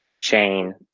chain